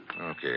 Okay